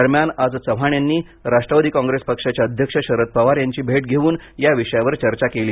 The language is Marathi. दरम्यान आज चव्हाण यांनी राष्ट्रवादी कॉंग्रेस पक्षाचे अध्यक्ष शरद पवार यांची भेट घेऊन या विषयावर चर्चा केली